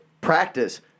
practice